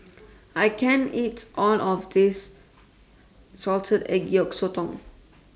I can't eat All of This Salted Egg Yolk Sotong